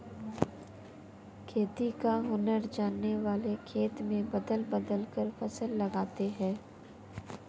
खेती का हुनर जानने वाले खेत में बदल बदल कर फसल लगाते हैं